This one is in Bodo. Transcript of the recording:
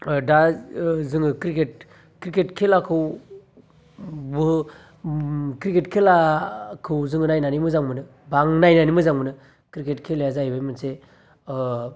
ओ दा जोङो ओ क्रिकेट क्रिकेट खेलाखौ बो ओम क्रिकेट खेला खौ जोङो नायनानै मोजां मोनो बा आं नायनानै मोजां मोनो क्रिकेट खेलाया जाहैबाय मोनसे ओ